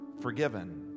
forgiven